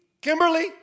Kimberly